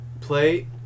Play